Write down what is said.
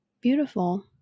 beautiful